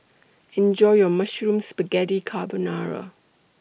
Enjoy your Mushroom Spaghetti Carbonara